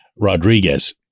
Rodriguez